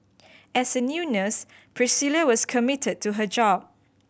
as a new nurse Priscilla was committed to her job